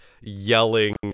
yelling